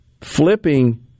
flipping